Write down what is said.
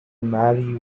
marry